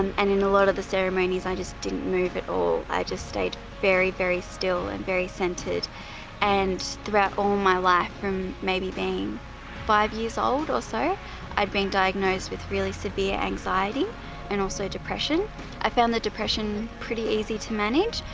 and in a lot of the ceremonies, i just didn't move at all. i just stayed very very still and very centered and throughout all my life from maybe being five years old or so i'd been diagnosed with really severe anxiety and also depression i found the depression pretty easy to manage.